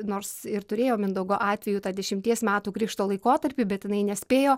nors ir turėjo mindaugo atveju tą dešimties metų krikšto laikotarpį bet jinai nespėjo